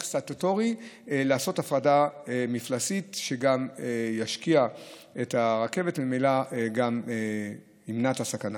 סטטוטורי הפרדה מפלסית שתשקיע את הרכבת וממילא תמנע את הסכנה.